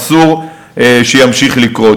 אסור שימשיך לקרות.